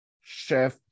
Chef